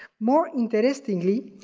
more interestingly,